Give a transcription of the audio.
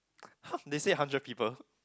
half they say hundred people